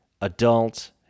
adult